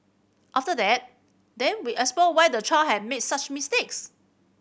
after that then we explore why the child had made such mistakes